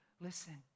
Listen